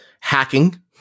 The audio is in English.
hacking